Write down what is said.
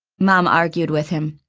mom argued with him.